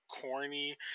corny